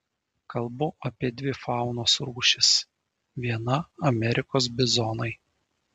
kalbu apie dvi faunos rūšis viena amerikos bizonai